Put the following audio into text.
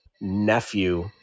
nephew